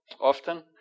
often